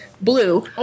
blue